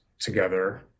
together